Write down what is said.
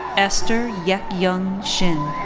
esther yekyung shin.